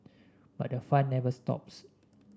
but the fun never stops